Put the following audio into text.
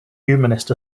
humanist